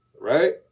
Right